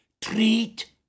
treat